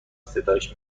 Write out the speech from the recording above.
ستایش